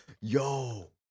Yo